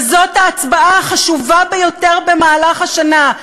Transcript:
וזאת ההצבעה החשובה ביותר במהלך השנה,